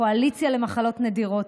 לקואליציה למחלות נדירות,